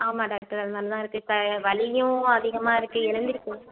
ஆமாம் டாக்டர் அதனால தான் இருக்கு இப்போ வலியும் அதிகமாக இருக்கு எழுந்திரிக்க